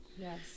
Yes